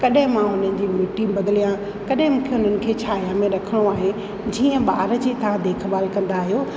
कॾहिं मां उन्हनि जी मिटी बदिलियां कॾहिं मूंखे उन्हनि खे छाया में रखिणो आहे जीअं ॿार जी तव्हां देखभाल कंदा आहियो